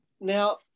Now